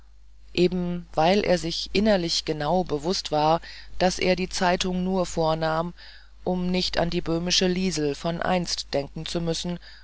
eben weil er sich innerlich genau bewußt war daß er die zeitung nur vornahm um nicht an die böhmische liesel von einstmals denken zu müssen